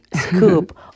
scoop